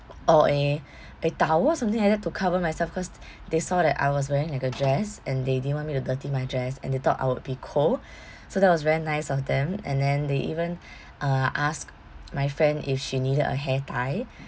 or a a towel or something like that to cover myself because they saw that I was wearing like a dress and they didn't want me to dirty my dress and they thought I would be cold so that was very nice of them and then they even uh asked my friend if she needed a hair tie